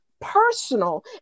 personal